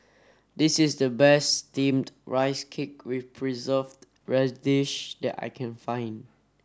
this is the best steamed rice cake with preserved radish that I can find